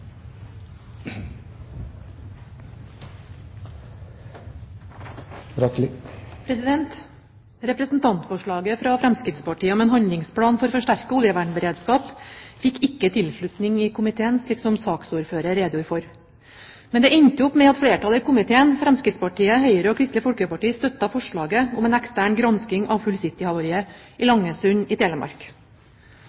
Representantforslaget fra Fremskrittspartiet om en handlingsplan for forsterket oljevernberedskap fikk ikke tilslutning i komiteen, slik saksordføreren redegjorde for. Men det endte opp med at flertallet i komiteen, Fremskrittspartiet, Høyre og Kristelig Folkeparti, støttet forslaget om en ekstern gransking av «Full City»-havariet utenfor Langesund i